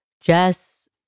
Jess